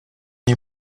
nie